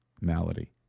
malady